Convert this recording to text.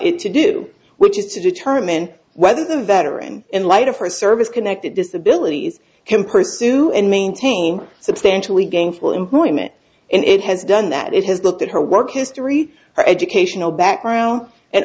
it to do which is to determine whether the veteran in light of her service connected disability can pursue and maintain substantially gainful employment and it has done that it has looked at her work history her educational background and